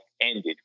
ended